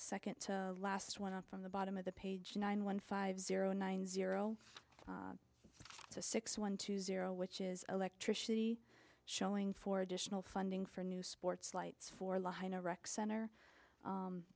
second last one from the bottom of the page nine one five zero nine zero to six one two zero which is electricity showing for additional funding for new sports lights for law in a rec center